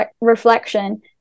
reflection